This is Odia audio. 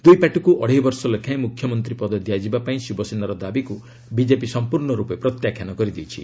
ଦୁଇ ପାର୍ଟିକୁ ଅଢ଼େଇବର୍ଷ ଲେଖାଏଁ ମୁଖ୍ୟମନ୍ତ୍ରୀ ପଦ ଦିଆଯିବା ପାଇଁ ଶିବସେନାର ଦାବିକୁ ବିଜେପି ସଂପୂର୍ଣ୍ଣ ରୂପେ ପ୍ରତ୍ୟାଖ୍ୟାନ କରିଦେଇଛି